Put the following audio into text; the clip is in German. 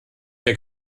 der